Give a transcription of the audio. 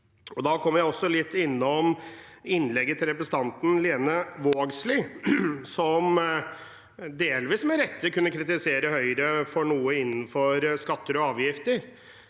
grad. Jeg må også litt innom innlegget til representanten Lene Vågslid, som delvis med rette kunne kritisere Høyre for noe innenfor skatter og avgifter.